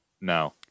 No